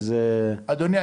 אדוני,